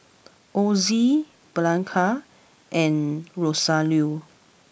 Ozie Bianca and Rosario